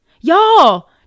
Y'all